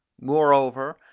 moreover,